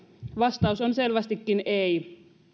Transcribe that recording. vastaus on selvästikin ei